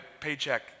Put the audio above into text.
paycheck